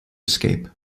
escape